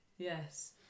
yes